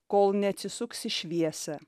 kol neatsisuks į šviesą